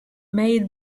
made